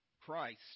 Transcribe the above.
Christ